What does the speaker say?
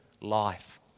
life